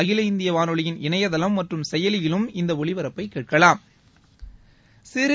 அகில இந்திய வானெலியின் இணையதளம் மற்றும் செயலியிலும் இந்த ஒலிபரப்பை கேட்கலாம் சிறு